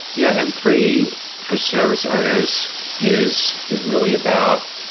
yeah, m three for service owners is is really about,